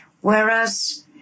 Whereas